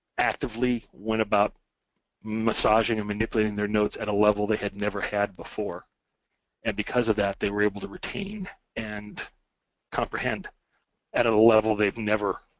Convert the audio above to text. actively went about massaging and manipulating their notes at a level they had never had before and because of that, they were able to retain and comprehend at a level they've never,